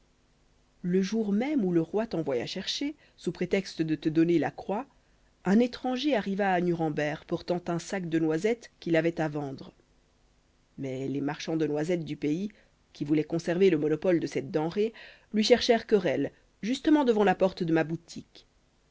le jour même où le roi t'envoya chercher sous prétexte de te donner la croix un étranger arriva à nuremberg portant un sac de noisettes qu'il avait à vendre mais les marchands de noisettes du pays qui voulaient conserver le monopole de cette denrée lui cherchèrent querelle justement devant la porte de ma boutique